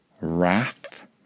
wrath